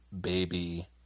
baby